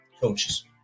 Coaches